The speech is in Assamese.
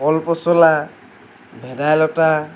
কল পচলা ভেডাইলতা